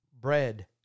bread